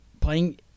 playing